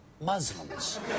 Muslims